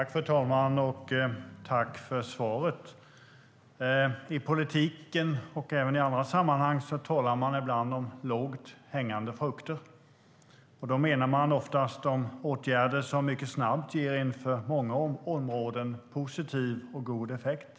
Fru talman! Tack för svaret! I politiken och även i andra sammanhang talar man ibland om lågt hängande frukter. Då menar man oftast de åtgärder som mycket snabbt ger en för många områden positiv och god effekt.